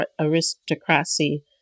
aristocracy